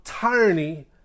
tyranny